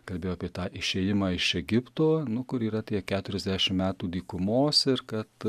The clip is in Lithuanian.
kalbėjo apie tą išėjimą iš egipto nu kur yra tie keturiasdešim metų dykumos ir kad